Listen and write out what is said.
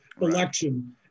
election